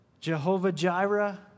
Jehovah-Jireh